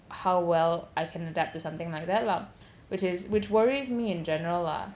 how well I can adapt to something like that lah which is which worries me in general lah